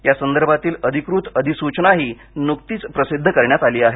यासंदर्भातील अधिकृत अधिसूचनाही नुकतीच प्रसिद्ध करण्यात आली आहे